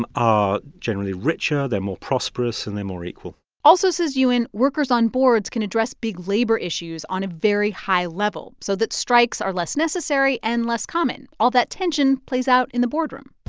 are generally richer. they're more prosperous, and they're more equal also, says ewan, workers on boards can address big labor issues on a very high level so that strikes are less necessary and less common. all that tension plays out in the boardroom